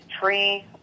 tree